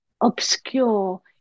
obscure